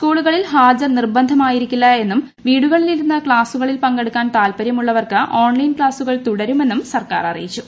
സ്കൂളുകളിൽ ഹാജർ നിർബന്ധമായിരിക്കില്ലെന്നും വീടുകളിൽ ഇരുന്ന് ക്ലാസുകളിൽ പങ്കെടുക്കാൻ താല്പര്യമുള്ളവർക്ക് ഓൺലൈൻ ക്ലാസുകൾ തുടരുമെന്നും സർക്കാർ അറിയിച്ചു